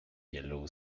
yellow